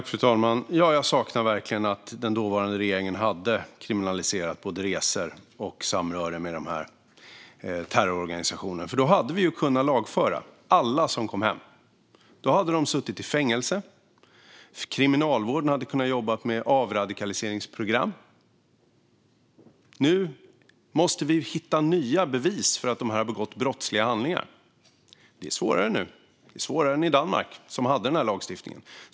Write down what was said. Fru talman! Jag beklagar verkligen att den dåvarande regeringen inte kriminaliserade både denna typ av resor och samröre med de här terrororganisationerna. Hade den gjort det hade vi kunnat lagföra alla som kom hem. Då hade de suttit i fängelse. Kriminalvården hade kunnat jobba med avradikaliseringsprogram. Nu måste vi hitta nya bevis för att de har begått brottsliga handlingar, så det är svårare nu. Det är svårare än i Danmark, som hade den här lagstiftningen.